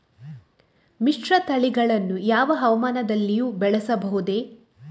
ಮಿಶ್ರತಳಿಗಳನ್ನು ಯಾವ ಹವಾಮಾನದಲ್ಲಿಯೂ ಬೆಳೆಸಬಹುದೇ?